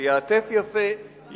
זה ייעטף יפה,